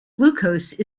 glucose